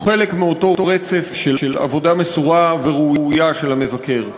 הוא חלק מאותו רצף של עבודה מסורה וראויה של המבקר.